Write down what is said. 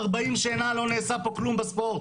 ארבעים שנה לא נעשה פה כלום בספורט.